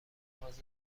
اهواز